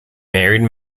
married